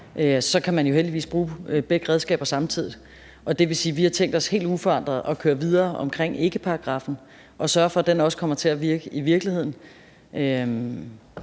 så kan man jo heldigvis bruge begge redskaber samtidig. Det vil sige, at vi helt uforandret har tænkt os at køre videre med ikkeparagraffen og sørge for, at den også kommer til at virke i virkeligheden.